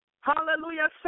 Hallelujah